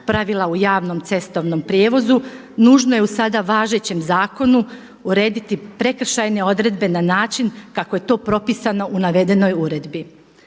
pravila u javnom cestovnom prijevozu. Nužno je u sada važećem zakonu urediti prekršajne odredbe na način kako je to propisano u navedenoj uredbi.